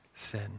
sin